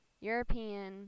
European